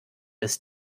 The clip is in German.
ist